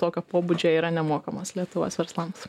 tokio pobūdžio yra nemokamos lietuvos verslams